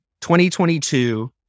2022